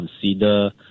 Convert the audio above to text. consider